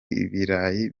ibirayi